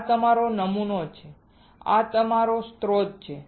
આ અમારો નમૂનો છે આ અમારો સ્રોત છે